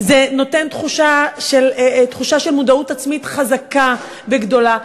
זה נותן תחושה של מודעות עצמית חזקה וגדולה.